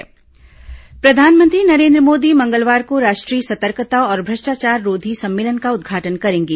प्रधानमंत्री सतर्कता जागरूकता प्रधानमंत्री नरेन्द्र मोदी मंगलवार को राष्ट्रीय सतर्कता और भ्रष्टाचार रोधी सम्मेलन का उदघाटन करेंगे